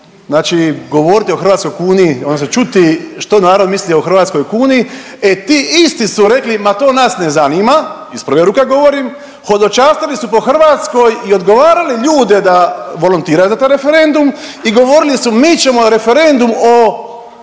znači govoriti o hrvatskoj kuni odnosno čuti što narod misli o hrvatskoj kuni, e ti isti su rekli ma to nas ne zanima, iz prve ruke govorim, hodočastili su po Hrvatskoj i odgovarali ljude da volontiraju za taj referendum i govorili su mi ćemo referendum o Covidu